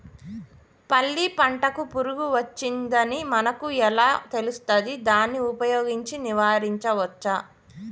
పల్లి పంటకు పురుగు వచ్చిందని మనకు ఎలా తెలుస్తది దాన్ని ఉపయోగించి నివారించవచ్చా?